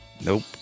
Nope